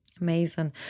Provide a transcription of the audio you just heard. Amazing